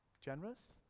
generous